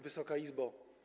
Wysoka Izbo!